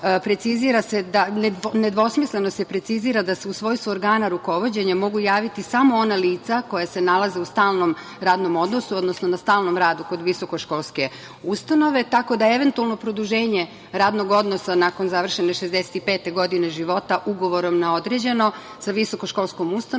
nedvosmisleno se precizira da se u svojstvu organa rukovođenja mogu javiti samo ona lica koja se nalaze u stalnom radnom odnosu, odnosno na stalnom radu kod visokoškolske ustanove, tako da eventualno produženje radnog odnosa nakon završene 65 godine života ugovorom na određeno sa visokoškolskom ustanovom